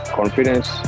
confidence